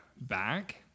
back